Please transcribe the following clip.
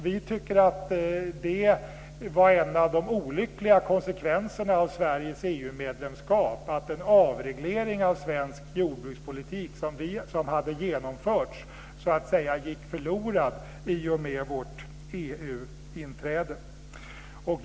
Vi tycker att det var en av de olyckliga konsekvenserna av Sveriges EU medlemskap att den avreglering av svensk jordbrukspolitik som hade genomförts så att säga gick förlorad i och med vårt EU-inträde.